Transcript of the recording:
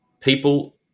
people